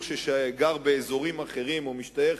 שגר באזורים אחרים או משתייך